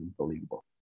unbelievable